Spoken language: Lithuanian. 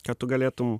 kad tu galėtum